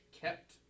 kept